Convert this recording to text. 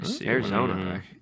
Arizona